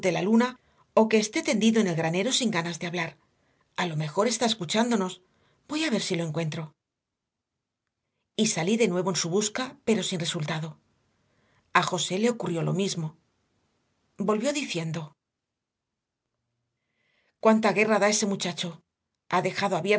la luna o que esté tendido en el granero sin ganas de hablar a lo mejor está escuchándonos voy a ver si lo encuentro y salí de nuevo en su busca pero sin resultado a josé le ocurrió lo mismo